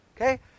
Okay